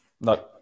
no